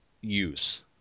use